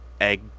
egg